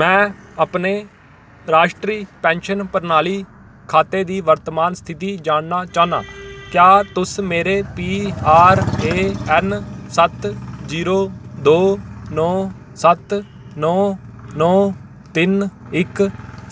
में अपने राश्ट्री पेंशन प्रणाली खाते दी वर्तमान स्थिति जानना चाह्न्नां क्या तुस मेरे पी आर ए एन सत्त जीरो दो नौ सत्त नौ नौ तिन्न इक